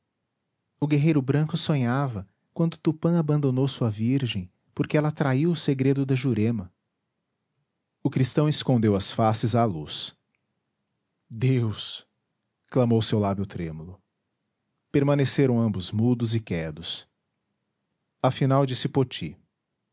o guerreiro branco sonhava quando tupã abandonou sua virgem porque ela traiu o segredo da jurema o cristão escondeu as faces à luz deus clamou seu lábio trêmulo permaneceram ambos mudos e quedos afinal disse poti